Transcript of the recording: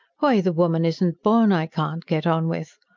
why, the woman isn't born i can't get on with.